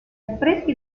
affreschi